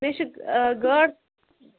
مےٚ چھُ گاڈٕ